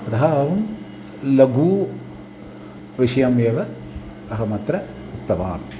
अतः अहं लघु विषयमेव अहम् अत्र उक्तवान्